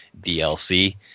DLC